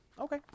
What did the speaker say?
Okay